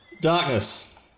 darkness